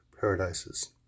paradises